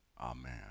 amen